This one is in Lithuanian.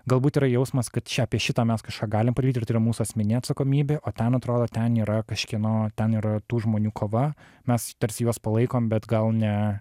galbūt yra jausmas kad čia apie šitą mes kažką galim padaryti ir tai yra mūsų asmeninė atsakomybė o ten atrodo ten yra kažkieno ten yra tų žmonių kova mes tarsi juos palaikom bet gal ne